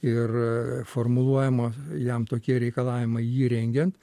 ir formuluojama jam tokie reikalavimai jį rengiant